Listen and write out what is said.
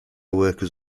workers